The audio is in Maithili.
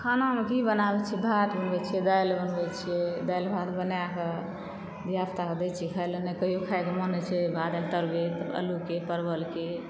खानामे की बनाबै छियै भात बनबै छियै दालि बनबै छियै दालि भात बनाएकऽ धियापुताकऽ दै छियै खाय लेए नै कहियो खायके मोन नै छै भात दालि तरुए अल्लूके परबलके